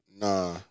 Nah